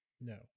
No